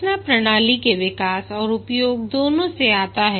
सीखना प्रणाली के विकास और उपयोग दोनों से आता है